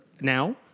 now